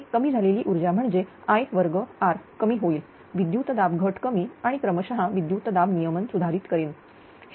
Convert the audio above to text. एक कमी झालेली ऊर्जा म्हणजेI2r कमी होईल विद्युत दाब घट कमी आणि क्रमशः विद्युतदाब नियमन सुधारित करील